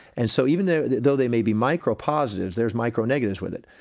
and so even though they though they may be micro-positives, there's micro-negatives with it.